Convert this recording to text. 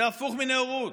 זה הפוך מנאורות,